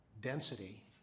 density